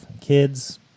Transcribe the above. kids